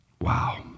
Wow